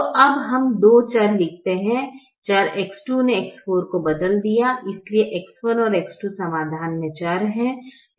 तो अब हम 2 चर लिखते हैं चर X2 ने X4 को बदल दिया है इसलिए X1 और X2 समाधान में चर हैं